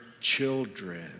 children